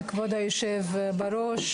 כבוד היושב-ראש,